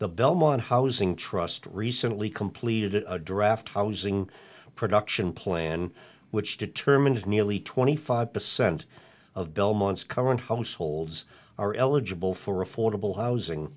the belmont housing trust recently completed a draft housing production plan which determines nearly twenty five percent of belmont's current households are eligible for affordable housing